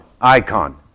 icon